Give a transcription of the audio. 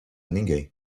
ninguém